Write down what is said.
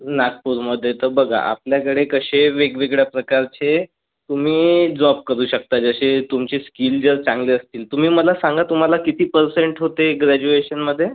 नागपूरमध्ये तर बघा आपल्याकडे कसे वेगवेगळ्या प्रकारचे तुम्ही जॉब करू शकता जसे तुमचे स्किल जर चांगले असतील तुम्ही मला सांगा तुम्हाला किती पर्सेंट होते ग्रॅज्युएशनमध्ये